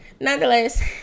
Nonetheless